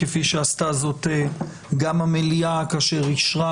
כפי שעשתה זאת גם המליאה כאשר אישרה